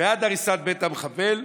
בעד הריסת בית המחבל,